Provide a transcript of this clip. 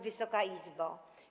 Wysoka Izbo!